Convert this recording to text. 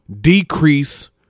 decrease